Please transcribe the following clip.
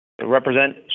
Represent